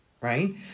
right